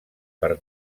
per